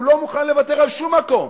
הוא לא מוכן לוותר על שום מקום.